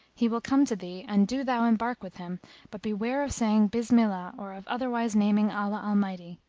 he will come to thee and do thou embark with him but beware of saying bismillah or of otherwise naming allah almighty.